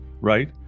right